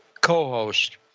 co-host